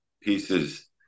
pieces